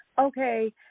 Okay